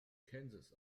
kansas